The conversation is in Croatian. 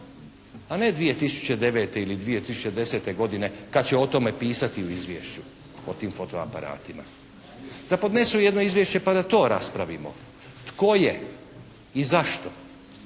a ne 2009. ili 2010. godine, kad će o tome pisati u izvješću o tim fotoaparatima. Da podnesu jedno izvješće pa da to raspravimo, tko je i zašto